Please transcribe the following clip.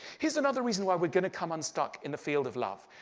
here's another reason why we are going to come unstuck in the field of love.